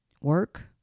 Work